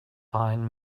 fine